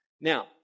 Now